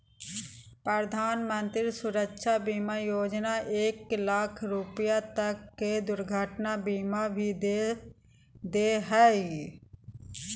प्रधानमंत्री सुरक्षा बीमा योजना एक लाख रुपा तक के दुर्घटना बीमा भी दे हइ